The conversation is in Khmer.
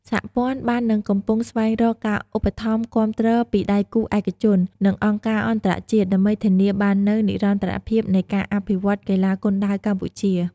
សហព័ន្ធបាននឹងកំពុងស្វែងរកការឧបត្ថម្ភគាំទ្រពីដៃគូឯកជន និងអង្គការអន្តរជាតិ ដើម្បីធានាបាននូវនិរន្តរភាពនៃការអភិវឌ្ឍកីឡាគុនដាវកម្ពុជា។